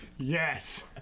Yes